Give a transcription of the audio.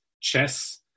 chess